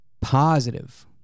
positive